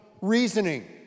reasoning